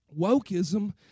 Wokeism